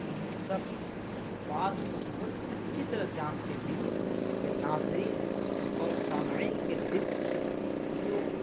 ہم سب اس بات کو بہت اچھی طرح جانتے ہیں کہ ناظرین اور سامعین کے دلچسپیوں